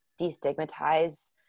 destigmatize